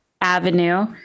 Avenue